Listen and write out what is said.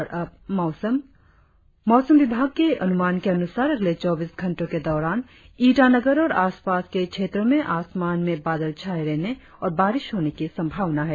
और अब मौसम मौसम विभाग के अनुमान के अनुसार अगले चौबीस घंटो के दौरान ईटानगर और आसपास के क्षेत्रो में आसमान में बादल छाये रहने और बारिश होने की संभावना है